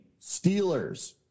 Steelers